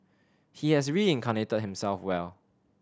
he has reincarnated himself well